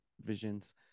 visions